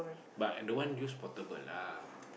but i don't want use portable lah